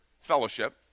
fellowship